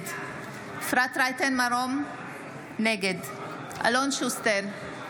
נגד אפרת רייטן מרום, נגד אלון שוסטר,